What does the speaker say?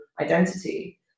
identity